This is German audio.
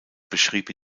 beschrieb